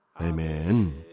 Amen